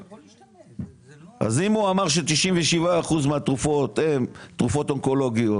אם הוא אמר ש-97% מהתרופות הן תרופות אונקולוגיות